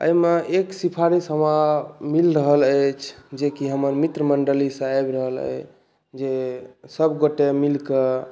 एहिमे एक सिफारिश हमरा मिल रहल अछि जे कि हमर मित्र मण्डली सब आबि रहल अहि जे सभगोटे मिलकऽ